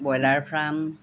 broiler farm